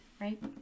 right